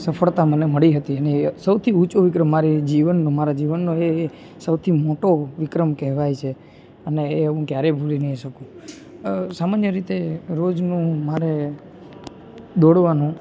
સફળતા મને મળી હતી અને એ સૌથી ઊંચો વિક્રમ મારી જીવન મારા જીવનનો એ એ સૌથી મોટો વિક્રમ કહેવાય છે અને એ હું ક્યારે ભૂલી નહીં શકું સામાન્ય રીતે રોજનું મારે દોડવાનું